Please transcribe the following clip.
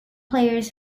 players